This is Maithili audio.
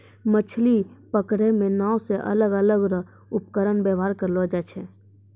मछली पकड़ै मे नांव से अलग अलग रो उपकरण वेवहार करलो जाय छै